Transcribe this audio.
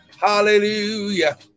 Hallelujah